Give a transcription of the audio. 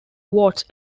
watts